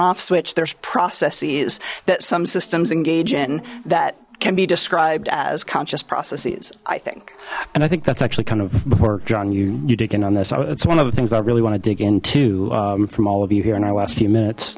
onoff switch there's processes that some systems engage in that can be described as conscious processes i think and i think that's actually kind of before john you you dig in on this oh it's one of the things i really want to dig in to from all of you here in our last few minutes